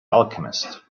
alchemist